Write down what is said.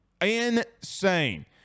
Insane